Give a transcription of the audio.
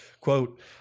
Quote